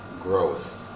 growth